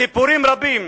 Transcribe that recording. סיפורים רבים,